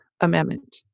amendment